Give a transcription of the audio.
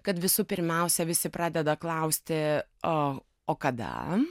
kad visų pirmiausia visi pradeda klausti o o kada